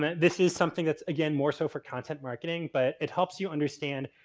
this is something that's again more so for content marketing, but it helps you understand.